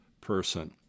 person